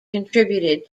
contributed